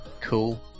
cool